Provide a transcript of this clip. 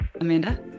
Amanda